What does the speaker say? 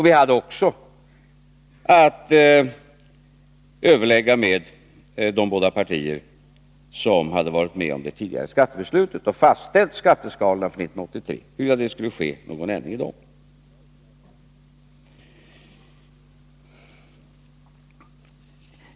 Vi hade också att med de båda partier som varit med om det tidigare Nr 61 skattebeslutet och om att fastställa skatteskalorna för 1983 överlägga om huruvida det skulle ske någon ändring i dem.